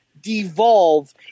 devolve